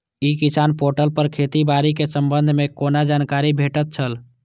ई किसान पोर्टल पर खेती बाड़ी के संबंध में कोना जानकारी भेटय छल?